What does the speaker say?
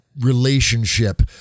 relationship